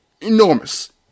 enormous